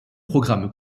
programmes